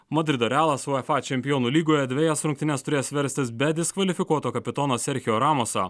madrido realas uefa čempionų lygoje dvejas rungtynes turės verstis be diskvalifikuoto kapitono serchio ramoso